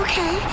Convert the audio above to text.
Okay